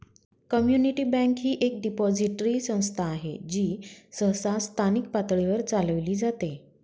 community bank ही एक depository संस्था आहे जी सहसा स्थानिक पातळीवर चालविली जाते